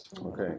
Okay